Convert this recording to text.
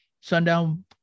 Sundown